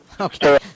Okay